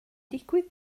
digwydd